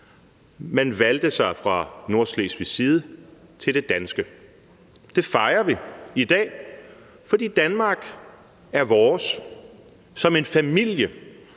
De valgte så fra Nordslesvigs side det danske. Det fejrer vi i dag, fordi Danmark er vores, som en familie,